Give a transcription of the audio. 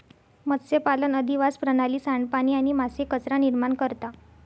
मत्स्यपालन अधिवास प्रणाली, सांडपाणी आणि मासे कचरा निर्माण करता